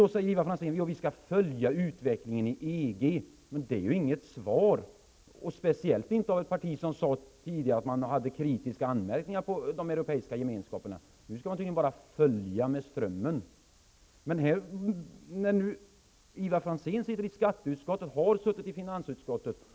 Ivar Franzén säger att vi skall följa utvecklingen i EG, men det är inget svar, speciellt inte från ett parti som tidigare sade att man hade kritiska anmärkningar på de europeiska gemenskaperna. Nu skall man tydligen bara följa med strömmen. Ivar Franzén sitter i skatteutskottet och har suttit i finansutskottet.